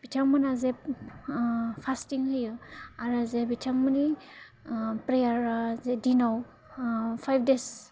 बिथांमोना जे फार्सथिं होयो आरो जे बिथांमोननि प्रेयार जे दिनाव फाइभ देस